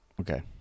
Okay